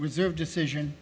reserve decision